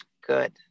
Good